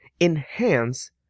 Enhance